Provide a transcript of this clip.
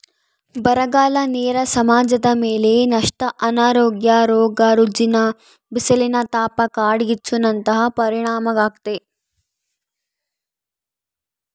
ಬರಗಾಲ ನೇರ ಸಮಾಜದಮೇಲೆ ನಷ್ಟ ಅನಾರೋಗ್ಯ ರೋಗ ರುಜಿನ ಬಿಸಿಲಿನತಾಪ ಕಾಡ್ಗಿಚ್ಚು ನಂತಹ ಪರಿಣಾಮಾಗ್ತತೆ